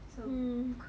mm